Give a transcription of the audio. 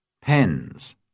pens